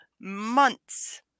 months